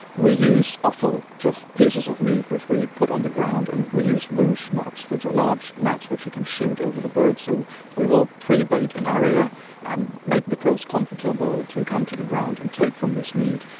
we use offal, just pieces of meat which we put on the ground, and we use whoosh nets which are large nets which you can shoot over the birds. so we will pre-bait an area and make the crows comfortable to come to the ground and take this meat.